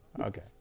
okay